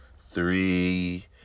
three